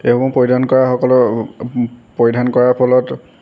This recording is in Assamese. এইসমূহ পৰিধান কৰা সকলৰ পৰিধান কৰাৰ ফলত